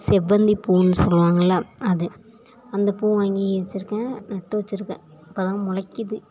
செவ்வந்திப் பூன்னு சொல்வாங்கள்ல அது அந்த பூ வாங்கி வெச்சுருக்கேன் நட்டு வெச்சுருக்கேன் இப்போ தான் முளைக்கிது